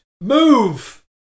Move